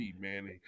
man